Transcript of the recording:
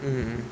mm mm